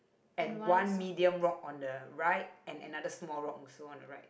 and one medium rock on the right and another small rock also on the right